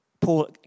Paul